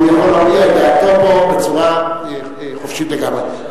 הוא יכול להביע את דעתו פה בצורה חופשית לגמרי.